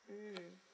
mm